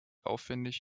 aufwändig